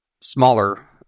smaller